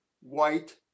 white